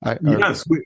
Yes